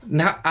now